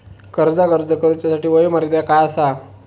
कर्जाक अर्ज करुच्यासाठी वयोमर्यादा काय आसा?